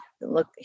look